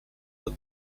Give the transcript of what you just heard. the